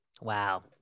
Wow